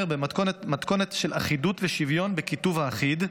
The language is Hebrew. מתכונת של אחידות ושוויון בכיתוב האחיד,